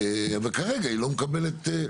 אבל כרגע היא לא מקבלת.